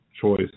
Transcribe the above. choice